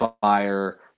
fire